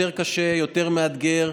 יותר קשה ויותר מאתגר,